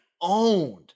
owned